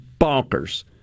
bonkers